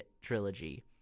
trilogy